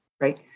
right